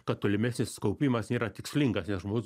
kad tolimesnis kaupimas nėra tikslingas nes žmogus